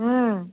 हूँ